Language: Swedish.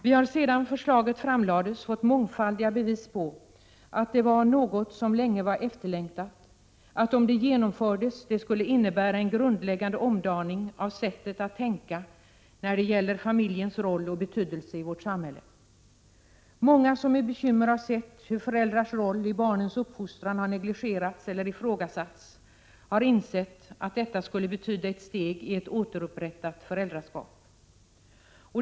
Sedan förslaget framlades har vi fått mångfaldiga bevis på att det var något som varit efterlängtat länge. Om det genomfördes skulle det innebära en grundläggande omdaning av sättet att tänka när det gäller familjens roll och betydelse i vårt samhälle. Många som bekymrat har sett hur föräldrarnas roll i barnens uppfostran har negligerats eller ifrågasatts har insett att detta förslag skulle betyda ett steg mot ett återupprättat föräldraskap.